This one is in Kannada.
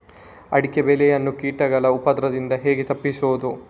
ಅಡಿಕೆ ಬೆಳೆಯನ್ನು ಕೀಟಗಳ ಉಪದ್ರದಿಂದ ಹೇಗೆ ತಪ್ಪಿಸೋದು?